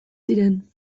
ziren